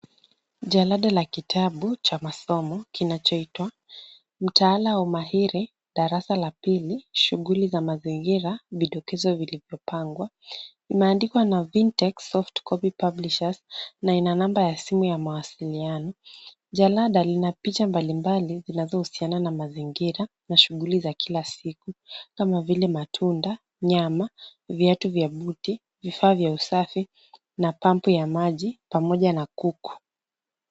Jalada la kitabu cha masomo kinachoitwa Mtaala wa Mahiri darasa la pili shughuli za mazingira vidokezo vilivyopangwa. Imeandikwa na Vintech Soft Copy Publishers na ina namba ya simu ya mawasiliano. Jalada lina picha mbalimbali zinazohusiana na mazingira na shughuli za kila siku kama vile matunda, nyama, viatu vya buti, vifaa vya usafi na pampu ya maji pamoja na kuku.